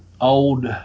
old